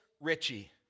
Richie